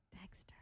Dexter